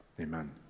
amen